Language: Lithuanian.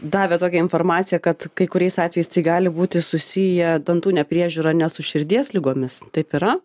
davė tokią informaciją kad kai kuriais atvejais tai gali būti susiję dantų nepriežiūra net su širdies ligomis taip yra